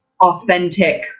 authentic